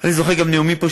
אני זוכר גם נאומים פה,